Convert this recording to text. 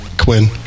Quinn